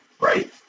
Right